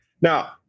Now